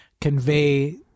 convey